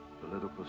Political